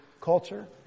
culture